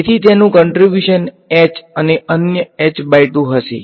તેથી તેનું contribution h અને અન્ય હશે